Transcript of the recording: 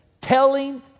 Telling